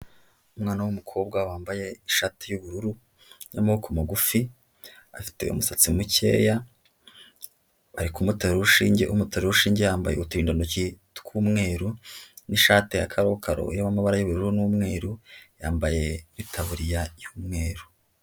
Umwana w'umukobwa wambaye ishati y'ubururu y'amaboko magufi, afite umusatsi mukeya, bari kumutera urushinge, umutera urushige yambaye uturindantoki tw'umweru n'ishati ya karokaro irimo amabara y'ubururu n'umweru, yambaye itaburiya y'umweru.